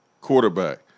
quarterback